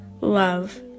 love